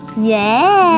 yeah.